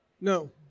No